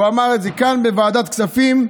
הוא אמר את זה כאן, בוועדת הכספים.